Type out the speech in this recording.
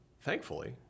thankfully